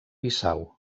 bissau